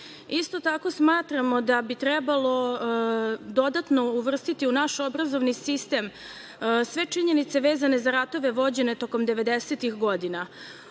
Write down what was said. tako smatramo da bi trebalo dodatno uvrstiti u naš obrazovni sistem sve činjenice vezane za ratove vođene tokom 90-ih godina.